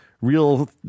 real